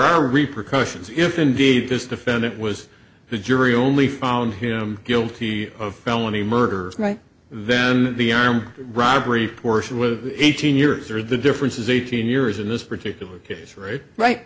are repercussions if indeed this defendant was the jury only found him guilty of felony murder right then the armed robbery portion with eighteen years or the differences eighteen years in this particular case rate right